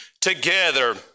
together